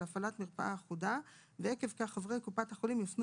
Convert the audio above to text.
הפעלת מרפאה אחודה ועקב כך חברי קופת החולים יופנו